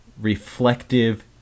Reflective